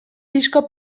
disko